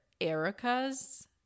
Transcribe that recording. Erica's